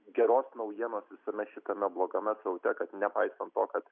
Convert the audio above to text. geros naujienos visame šitame blogame sraute kad nepaisant to kad